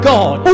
God